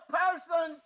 person